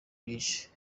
byinshi